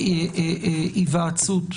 ההיוועצות